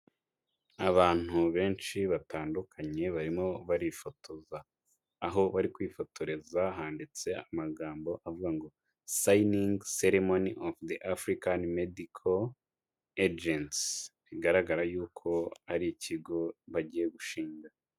Abantu benshi batandukanye barimo barifotoza. Aho bari kwifotoreza handitse amagambo avuga ngo "Signing Ceremony of the African Medical Agency." Bigaragara yuko ari ikigo bagiye gushinga.